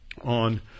on